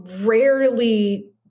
rarely